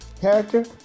character